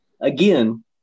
again